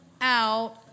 out